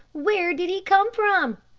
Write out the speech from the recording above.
where did he come from?